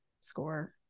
score